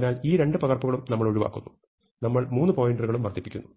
എന്നാൽ ഈ രണ്ട് പകർപ്പുകളും നമ്മൾ ഒഴിവാക്കുന്നു നമ്മൾ മൂന്ന് പോയിന്ററുകളും വർദ്ധിപ്പിക്കുന്നു